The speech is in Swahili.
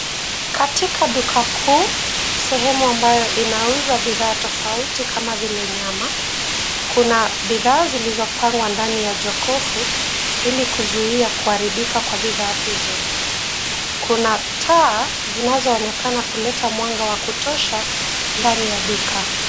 Katika duka kuu sehemu ambayo inauza bidhaa tofauti kama vile nyama, kuna bidhaa zilizopangwa ndani ya jokofu ili kuzui kuharibika kwa bidhaa hizo. Kuna taa zinazo onekana kuleta mwanga wa kutosha ndani ya duka.